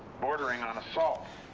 bordering on assault,